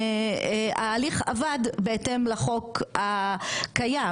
ההליך עבד בהתאם לחוק הקיים,